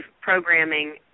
programming